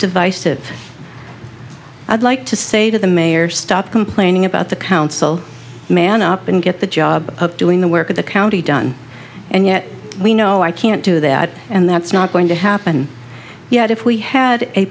divisive i'd like to say to the mayor stop complaining about the council man up and get the job doing the work of the county done and yet we know i can't do that and that's not going to happen yet if we had a